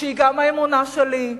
שהיא גם האמונה שלי,